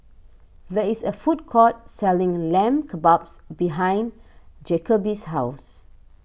there is a food court selling Lamb Kebabs behind Jacoby's house